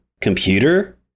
computer